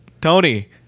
Tony